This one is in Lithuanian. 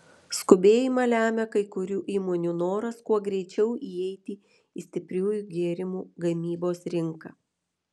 skubėjimą lemia kai kurių įmonių noras kuo greičiau įeiti į stipriųjų gėrimų gamybos rinką